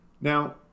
now